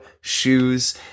shoes